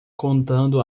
contando